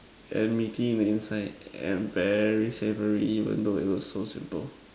and meaty inside even though it was so simple